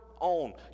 own